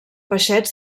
peixets